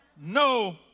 no